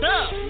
up